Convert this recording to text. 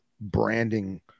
branding